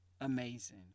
amazing